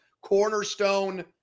cornerstone